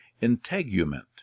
integument